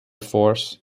force